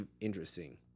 interesting